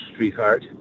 Streetheart